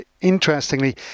interestingly